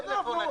אסור לו לחסום.